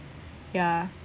ya